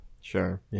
sure